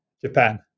Japan